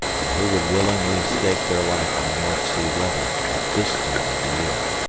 and who would willingly stake their life on north sea weather at this time of the year?